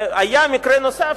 היה מקרה נוסף,